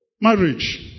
marriage